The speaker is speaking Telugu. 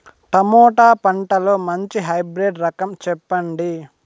టమోటా పంటలో మంచి హైబ్రిడ్ రకం చెప్పండి?